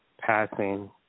passing